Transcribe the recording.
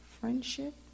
friendship